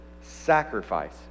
sacrifice